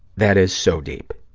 that is so deep.